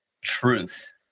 truth